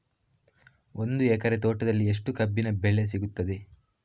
ಒಂದು ಎಕರೆ ತೋಟದಲ್ಲಿ ಎಷ್ಟು ಕಬ್ಬಿನ ಬೆಳೆ ಸಿಗುತ್ತದೆ?